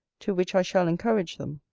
to which i shall encourage them.